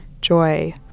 joy